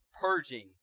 purging